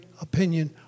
opinion